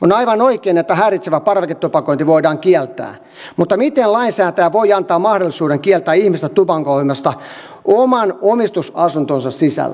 on aivan oikein että häiritsevä parveketupakointi voidaan kieltää mutta miten lainsäätäjä voi antaa mahdollisuuden kieltää ihmistä tupakoimasta oman omistusasuntonsa sisällä